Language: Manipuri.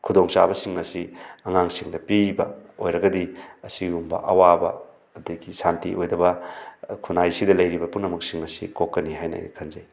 ꯈꯨꯗꯣꯡ ꯆꯥꯕꯁꯤꯡ ꯑꯁꯤ ꯑꯉꯥꯡꯁꯤꯡꯗ ꯄꯤꯕ ꯑꯣꯏꯔꯒꯗꯤ ꯑꯁꯤꯒꯨꯝꯕ ꯑꯋꯥꯕ ꯑꯗꯒꯤ ꯁꯥꯟꯇꯤ ꯑꯣꯏꯗꯕ ꯈꯨꯟꯅꯥꯏꯁꯤꯗ ꯂꯩꯔꯤꯕ ꯄꯨꯝꯅꯃꯛꯁꯤꯡ ꯑꯁꯤ ꯀꯣꯛꯀꯅꯤ ꯍꯥꯏꯅ ꯑꯩꯅ ꯈꯟꯖꯩ